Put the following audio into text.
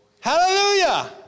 Hallelujah